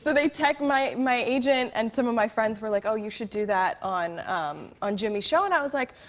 they text my my agent, and some of my friends were like, oh, you should do that on um on jimmy's show. and i was like,